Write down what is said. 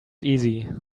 easy